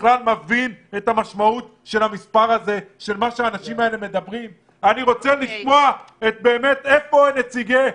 עשרה אנשים בלי אוכל, איפה המתווה?